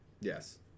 yes